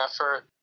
effort